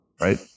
Right